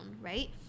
right